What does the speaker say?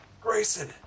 Grayson